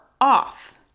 off